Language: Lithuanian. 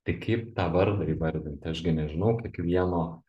tai kaip tą vardą įvardinti aš gi nežinau kiekvieno